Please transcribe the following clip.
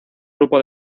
grupo